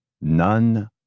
none